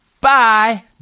Bye